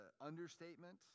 understatement